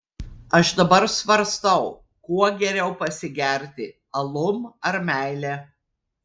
aš dabar svarstau kuo geriau pasigerti alum ar meile